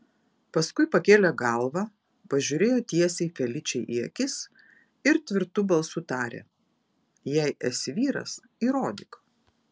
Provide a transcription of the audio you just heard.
paskui pakėlė galvą pažiūrėjo tiesiai feličei į akis ir tvirtu balsu tarė jei esi vyras įrodyk